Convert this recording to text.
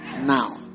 Now